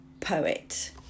poet